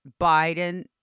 Biden